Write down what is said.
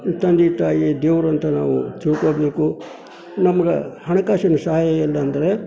ತಂದೆ ತಾಯಿಯೇ ದೇವರು ಅಂತ ನಾವು ತಿಳ್ಕೊಬೇಕು ನಮ್ಗೆ ಹಣಕಾಸಿನ ಸಹಾಯ ಇಲ್ಲಾಂದರೆ